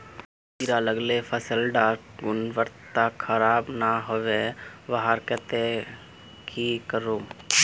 कीड़ा लगाले फसल डार गुणवत्ता खराब ना होबे वहार केते की करूम?